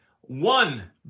one